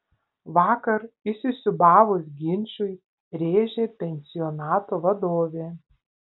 vakar įsisiūbavus ginčui rėžė pensionato vadovė